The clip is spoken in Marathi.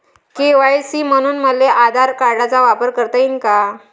के.वाय.सी म्हनून मले आधार कार्डाचा वापर करता येईन का?